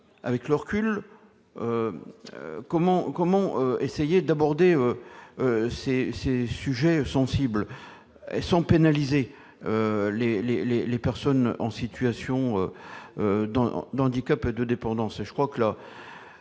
influents. Comment aborder ces sujets sensibles sans pénaliser les personnes en situation de handicap et de dépendance ?